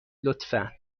لطفا